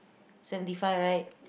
seventy five right